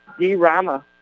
D-Rama